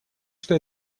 что